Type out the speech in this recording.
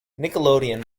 nickelodeon